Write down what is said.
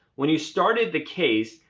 when you started the case,